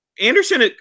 Anderson